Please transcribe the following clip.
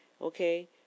Okay